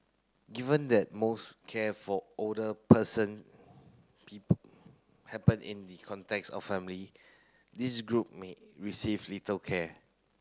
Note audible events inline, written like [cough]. given that most care for older person [unintelligible] happen in the context of family this group may receive little care